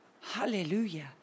Hallelujah